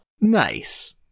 Nice